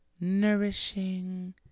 nourishing